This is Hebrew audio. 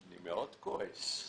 אני מאוד כועס.